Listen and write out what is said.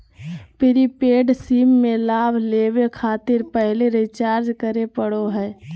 prepaid SIM में लाभ लेबे खातिर पहले रिचार्ज करे पड़ो हइ